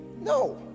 no